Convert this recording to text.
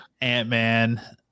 Ant-Man